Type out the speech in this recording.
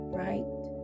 right